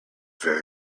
very